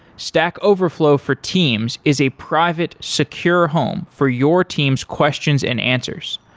stack overflow for teams is a private secure home for your teams' questions and answers.